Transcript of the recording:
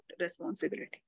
responsibility